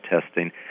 testing